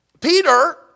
Peter